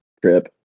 trip